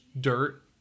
dirt